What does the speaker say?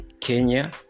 Kenya